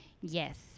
Yes